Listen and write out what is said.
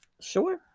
Sure